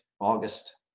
August